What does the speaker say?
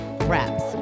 wraps